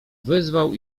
wyzwał